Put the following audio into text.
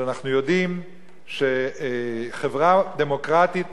אנחנו יודעים שחברה דמוקרטית